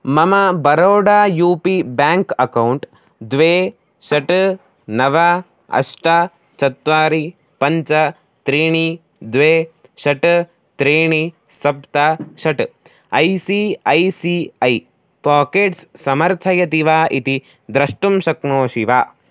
मम Baroda U P bank account द्वे षट् नव अष्ट चत्वारि पञ्च त्रीणि द्वे षट् त्रीणि सप्त षट् I C I C I pockets समर्थयति वा इति द्रष्टुं शक्नोषि वा